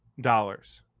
dollars